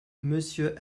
monsieur